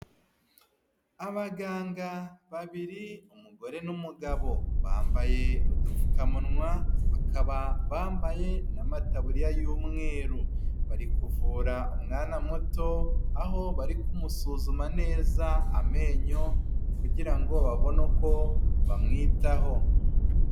Abaganga babiri umugore n'umugabo, bambaye udupfukamuwa bakaba bambaye n'amataburiya y'umweru, bari kuvura umwana muto aho bari kumusuzuma neza amenyo kugira ngo babone uko bamwitaho.